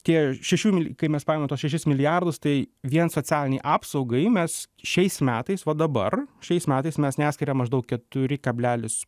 tie šešių kai mes paimam tuos šešis milijardus tai vien socialinei apsaugai mes šiais metais va dabar šiais metais mes neskiriam maždaug keturi kablelis